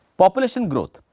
population growth,